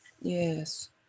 Yes